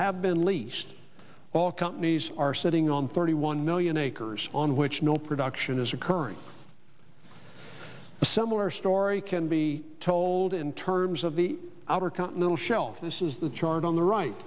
have been leased all companies are sitting on thirty one million acres on which no production is occurring a similar story can be told in terms of the outer continental shelf this is the chart on the right